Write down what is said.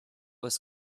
was